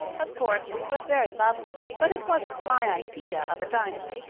of course, it was very lovely but it wasn't my idea of a diamond.